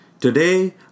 Today